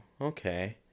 okay